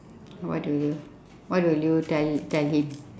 what do you what will you tell tell him